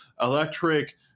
electric